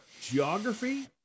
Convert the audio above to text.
geography